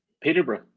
Peterborough